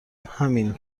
همین